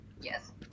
Yes